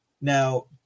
Now